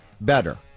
better